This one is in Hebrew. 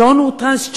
שון הוא טרנסג'נדר,